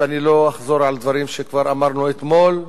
ואני לא אחזור על דברים שכבר אמרנו אתמול,